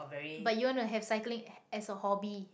but you want to have cycling a~ as a hobby